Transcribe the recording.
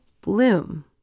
bloom